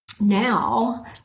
now